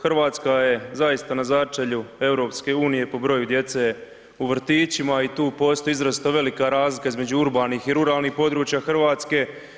Hrvatska je zaista na začelju Europske unije po broju djece u vrtićima i tu postoji izrazito velika razlika između urbanih i ruralnih područja Hrvatske.